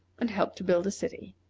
and help to build a city.